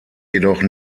jedoch